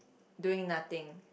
doing nothing